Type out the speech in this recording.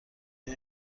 آیا